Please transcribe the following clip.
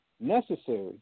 Necessary